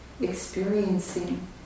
experiencing